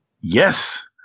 yes